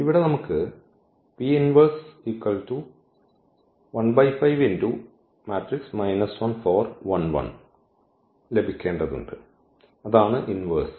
ഇവിടെ നമുക്ക് ഈ ലഭിക്കേണ്ടതുണ്ട് അതാണ് ഇൻവേഴ്സ്